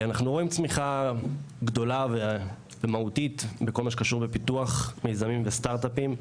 אנחנו רואים צמיחה גדולה ומהותית בכל מה שקשור לפיתוח מיזמים וסטרטאפים,